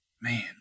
man